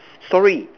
sorry